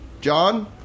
John